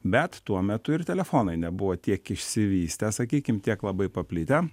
bet tuo metu ir telefonai nebuvo tiek išsivystę sakykim tiek labai paplitę